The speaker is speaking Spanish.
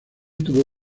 tuvo